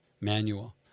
manual